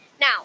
Now